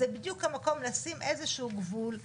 זה בדיוק המקום לשים איזשהו גבול.